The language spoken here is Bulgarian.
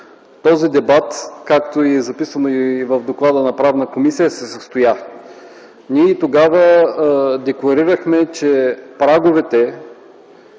Този дебат, както е записано и в доклада на Правната комисия, се състоя. Тогава декларирахме, че праговете